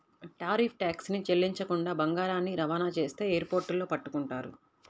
tariff tax చెల్లించకుండా బంగారాన్ని రవాణా చేస్తే ఎయిర్ పోర్టుల్లో పట్టుకుంటారు